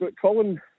Colin